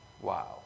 wow